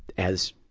as